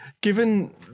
Given